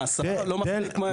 נעשה אבל לא מספיק.